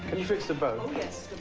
you fix the bow? yes